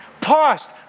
past